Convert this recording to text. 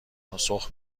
پاسخ